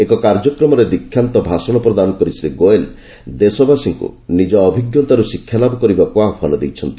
ଏକ କାର୍ଯ୍ୟକ୍ରମରେ ଦୀକ୍ଷାନ୍ତ ଭାଷଣ ପ୍ରଦାନ କରି ଶ୍ରୀ ଗୋଏଲ ଦେଶବାସୀଙ୍କୁ ନିଜ ଅଭିଜ୍ଞତାରୁ ଶିକ୍ଷାଲାଭ କରିବାକୁ ଆହ୍ପାନ ଦେଇଛନ୍ତି